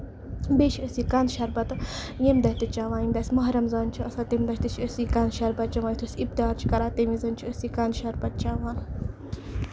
بیٚیہِ چھِ أسۍ یہِ کَند شَربَتھ ییٚمہِ دۄہ تہِ چیوان ییٚمہِ دۄہ اَسہِ ماہ رمازان چھُ آسان تَمہِ دۄہ تہِ چھِ أسۍ یہِ کَنہِ شَربَتھ چیوان یِتھُے أسۍ اِفتار چھِ کران تَمہِ وِزِ چھِ أسۍ یہِ کَنہِ شَربَت چیوان